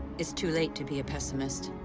it's too late to be a pessimist.